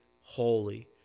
holy